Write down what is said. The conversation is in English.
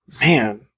man